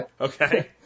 Okay